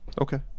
Okay